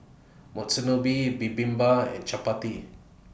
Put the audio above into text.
Monsunabe Bibimbap and Chapati